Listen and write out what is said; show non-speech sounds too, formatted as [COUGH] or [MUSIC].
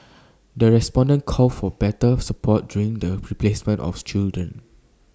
the respondents called for better support during the play placement [UNINTELLIGIBLE] children